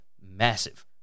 massive